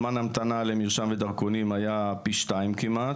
זמן ההמתנה למרשם ודרכונים היה פי 2 כמעט,